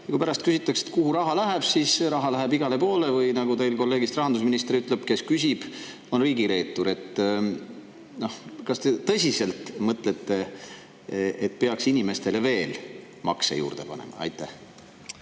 kui pärast küsitakse, et kuhu raha läheb, siis [öeldakse, et] raha läheb igale poole, või teie kolleegist rahandusminister ütleb, et kes küsib, see on riigireetur. Kas te tõsiselt mõtlete, et peaks inimestele veel makse juurde panema? Aitäh,